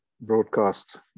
broadcast